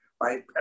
right